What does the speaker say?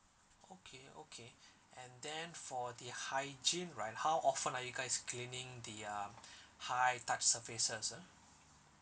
okay okay and then for the hygiene right how often are you guys cleaning the um high touched surfaces ah